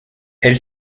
elle